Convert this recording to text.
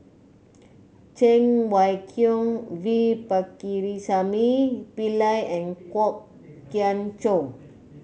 Cheng Wai Keung V Pakirisamy Pillai and Kwok Kian Chow